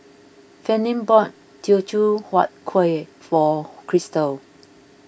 Fannye bought Teochew Huat Kueh for Christal